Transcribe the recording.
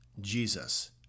Jesus